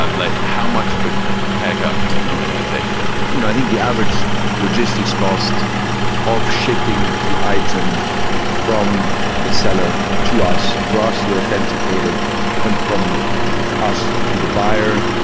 like how much of a haircut am i going to take then? you know, i think the average logistics cost of shifting the item from the seller to us for us to authenticated and from us to the buyer.